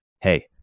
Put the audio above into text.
Hey